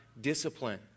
discipline